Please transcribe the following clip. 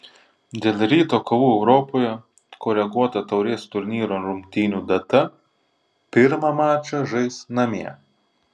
dėl ryto kovų europoje koreguota taurės turnyro rungtynių data pirmą mačą žais namie